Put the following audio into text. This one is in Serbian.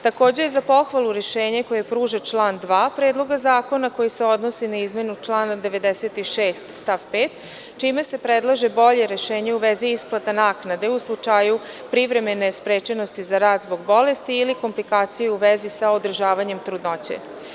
Takođe je za pohvalu rešenje koje pruža član 2. Predloga zakona, koji se odnosi na izmenu člana 96. stav 5, čime se predlaže bolje rešenje u vezi isplate naknade u slučaju privremene sprečenosti za rad zbog bolesti ili komplikacije u vezi sa održavanjem trudnoće.